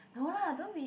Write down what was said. no lah don't be